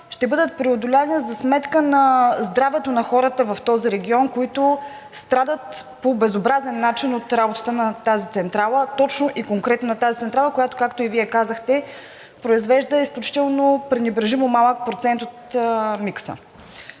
ще бъдат преодолени за сметка на здравето на хората в този регион, които страдат по безобразен начин от работата на тази централа, точно и конкретно на тази централа, която, както и Вие казахте, произвежда изключително пренебрежимо малък процент от микса.